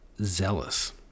zealous